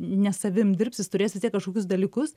ne savim dirbs jis turės vis tiek kažkokius dalykus